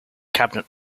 cabinet